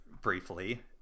briefly